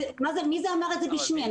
מי זה שאמר את זה בשמי?